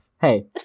Hey